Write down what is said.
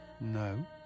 No